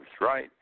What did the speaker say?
right